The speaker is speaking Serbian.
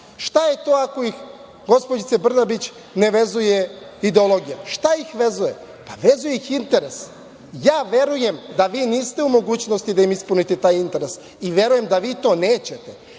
Šta je to, ako ih, gospođice Brnabić ne vezuje ideologijom? Šta ih vezuje? Pa, vezuje ih interes. Ja verujem da vi niste u mogućnosti da im ispunite taj interes i verujem da vi to nećete,